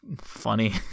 funny